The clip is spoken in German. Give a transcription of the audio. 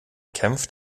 kämpft